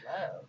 love